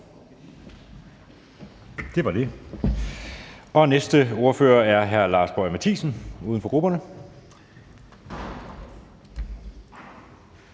(Jeppe Søe): Næste ordfører er hr. Lars Boje Mathiesen, uden for grupperne.